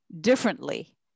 differently